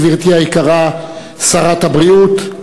גברתי היקרה שרת הבריאות,